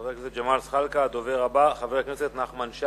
לחבר הכנסת ג'מאל זחאלקה.